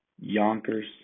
Yonkers